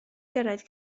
gyrraedd